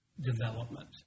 development